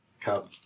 cub